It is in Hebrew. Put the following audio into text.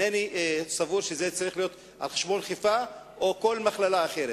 איני סבור שזה צריך להיות על חשבון חיפה או כל מכללה אחרת.